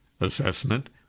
assessment